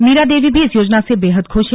मीरा देवी भी इस योजना से बेहद खुश है